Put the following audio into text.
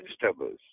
vegetables